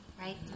right